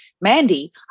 Mandy